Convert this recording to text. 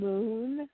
Moon